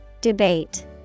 Debate